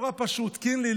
נורא פשוט: קינלי,